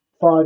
five